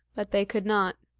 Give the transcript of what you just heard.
but they could not.